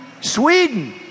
sweden